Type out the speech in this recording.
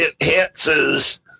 enhances